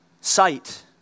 sight